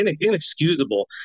inexcusable